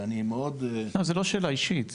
ואני מאוד --- לא, זה לא שאלה אישית.